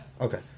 Okay